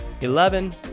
eleven